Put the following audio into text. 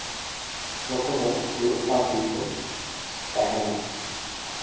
ᱩᱱᱠᱩ ᱫᱚ ᱢᱤᱫ ᱥᱟᱝ ᱛᱮᱜᱮ ᱠᱚ ᱛᱟᱦᱮᱱᱟ